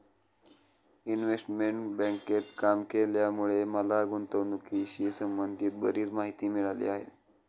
investment बँकेत काम केल्यामुळे मला गुंतवणुकीशी संबंधित बरीच माहिती मिळाली आहे